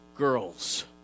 girls